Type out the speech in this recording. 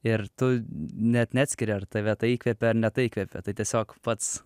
ir tu net neatskiri ar tave tai įkvėpė ar ne tai įkvėpė tai tiesiog pats